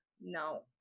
No